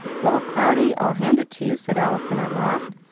well, cloudy, i'll hand it to you, said allison at last.